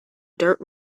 dirt